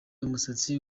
umusatsi